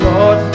Lord